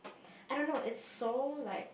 I don't know it's so like